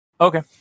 Okay